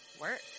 work